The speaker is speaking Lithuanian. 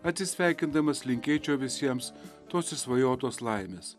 atsisveikindamas linkėčiau visiems tos išsvajotos laimės